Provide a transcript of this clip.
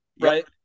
Right